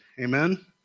Amen